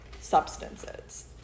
substances